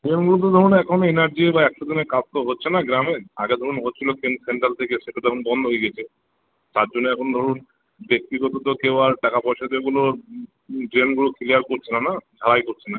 বলতে ধরুন এখন এনার্জি বা একশো দিনের কাজ তো হচ্ছে না গ্রামে আগে ধরুন হচ্ছিল সেন সেন্ট্রাল থেকে সেটা তো এখন বন্ধ হয়ে গিয়েছে তার জন্যে এখন ধরুন ব্যক্তিগত তো কেউ আর টাকা পয়সা দে কোনো ড্রেনগুলো ক্লিয়ার করছে না না সারাই করছে না